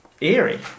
eerie